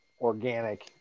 organic